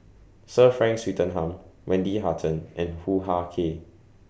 Sir Frank Swettenham Wendy Hutton and Hoo Ah Kay